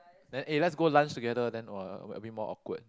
then eh let's go lunch together then !wah! a a bit more awkward